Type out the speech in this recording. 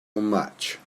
much